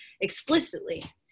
explicitly